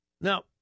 Now